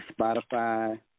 Spotify